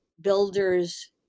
builders